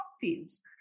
fields